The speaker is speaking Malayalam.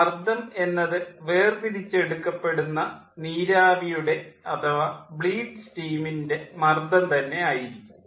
മർദ്ദം എന്നത് വേർതിരിച്ചെടുക്കപ്പെടുന്ന നീരാവിയുടെ അഥവാ ബ്ലീഡ് സ്റ്റീമിൻ്റെ മർദ്ദം തന്നെ ആയിരിക്കും